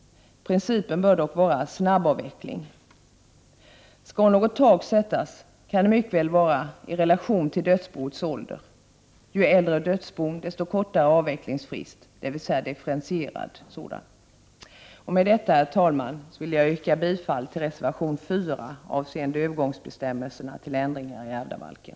Principen bör dock vara snabbavveckling. Skall något tak sättas kan det mycket väl ske i relation till dödsboets ålder: ju äldre dödsbon, desto kortare avvecklingsfrist, dvs. en differentierad avvecklingsfrist. Med detta, herr talman, yrkar jag bifall till reservation 4 avseende övergångsbestämmelserna till ändringarna i ärvdabalken.